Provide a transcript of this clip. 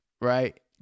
Right